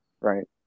Right